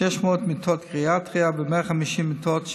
600 מיטות גריאטריה ו-150 מיטות שיקום,